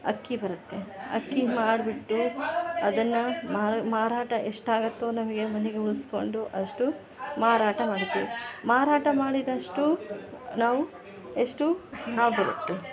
ಅಕ್ಕಿ ಬರುತ್ತೆ ಅಕ್ಕಿ ಮಾಡಿಬಿಟ್ಟು ಅದನ್ನು ಮಾರಾಟ ಎಷ್ಟಾಗುತ್ತೋ ನಮಗೆ ಮನೆಗೆ ಉಳಿಸ್ಕೊಂಡು ಅಷ್ಟು ಮಾರಾಟ ಮಾಡ್ತೀವಿ ಮಾರಾಟ ಮಾಡಿದಷ್ಟು ನಾವು ಎಷ್ಟು